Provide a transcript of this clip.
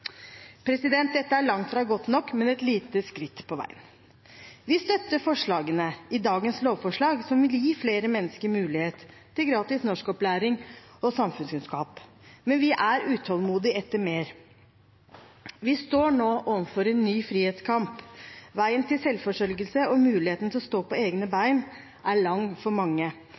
Dette er langt fra godt nok, men et lite skritt på veien. Vi støtter forslagene i dagens lovforslag, som vil gi flere mennesker mulighet til gratis norskopplæring og samfunnskunnskap, men vi er utålmodig etter mer. Vi står nå overfor en ny frihetskamp. Veien til selvforsørgelse og muligheten til å stå på egne bein er lang for mange.